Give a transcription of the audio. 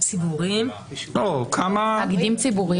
תאגידים ציבוריים?